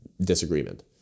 disagreement